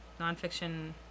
Nonfiction